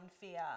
fear